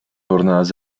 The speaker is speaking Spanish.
jornadas